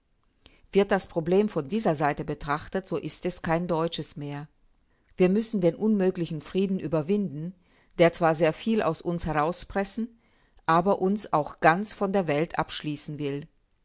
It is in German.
wird das problem von dieser seite betrachtet so ist es kein deutsches mehr wir müssen den unmöglichen frieden überwinden der zwar sehr viel aus uns herauspressen aber uns auch ganz von der welt abschließen will